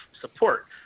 support